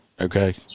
Okay